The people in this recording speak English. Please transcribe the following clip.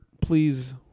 Please